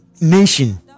nation